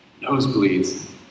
nosebleeds